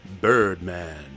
Birdman